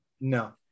No